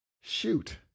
Shoot